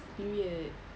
period